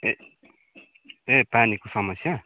ए पानीको समस्या